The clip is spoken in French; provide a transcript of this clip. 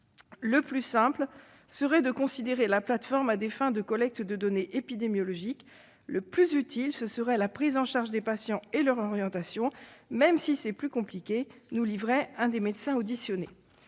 Le plus simple serait de considérer la plateforme à des fins de collecte de données épidémiologiques ; le plus utile, ce serait la prise en charge des patients et leur orientation, même si c'est plus compliqué », nous indiquait l'un des médecins auditionnés.